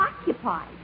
occupied